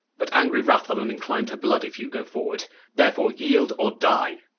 but angry, wrathfull, and inclin'd to blood, if you go forward therefore yeeld, or dye